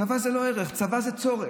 צבא זה לא ערך, צבא זה צורך.